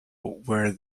where